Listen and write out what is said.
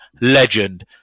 legend